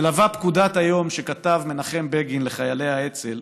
מלווה אותי פקודת היום שכתב מנחם בגין לחיילי האצ"ל